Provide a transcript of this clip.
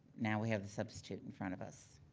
now we have the substitute in front of us.